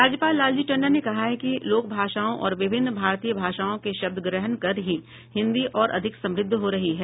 राज्यपाल लालजी टंडन ने कहा है कि लोक भाषाओं और विभिन्न भारतीय भाषाओं के शब्द ग्रहण कर ही हिन्दी और अधिक समृद्ध हो रही है